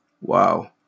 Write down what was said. Wow